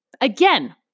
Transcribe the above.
again